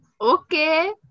Okay